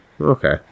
Okay